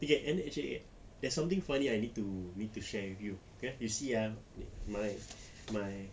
okay anyway actually there something funny I need to need to share with you you see ah my my